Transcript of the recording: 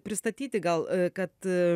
pristatyti gal kad